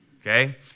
okay